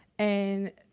and